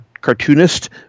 cartoonist